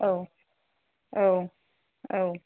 औ औ औ